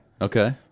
Okay